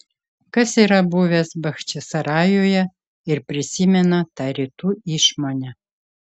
kas yra buvęs bachčisarajuje ir prisimena tą rytų išmonę